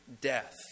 death